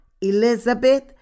Elizabeth